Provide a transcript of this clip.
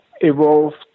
evolved